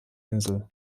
insel